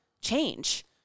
change